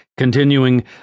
continuing